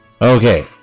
Okay